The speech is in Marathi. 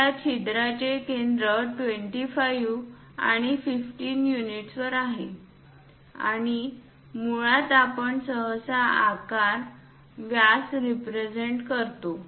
त्या छिद्राचे केंद्र 15 आणि 25 युनिटवर आहे आणि मुळात आपण सहसा आकार व्यास रिप्रेझेंट करतो